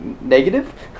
negative